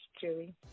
Julie